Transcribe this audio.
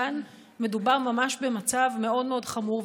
כאן מדובר ממש במצב מאוד מאוד חמור,